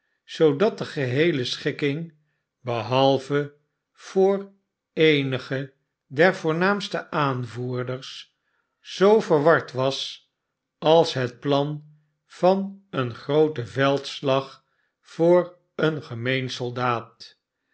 zoodat de geheele schikking behalve voor eenige der voornaamste aanvoerders r zoo verward was als het plan van een grooten veldslag voor een gemeen soldaat